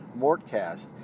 Mortcast